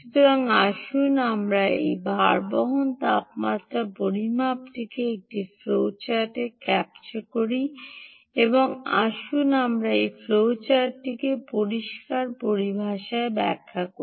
সুতরাং আসুন আমরা এই ভারবহন তাপমাত্রা পরিমাপটিকে একটি ফ্লোচার্টে ক্যাপচার করি এবং আসুন আমরা এই ফ্লোচার্টকে পরিষ্কার পরিভাষায় ব্যাখ্যা করি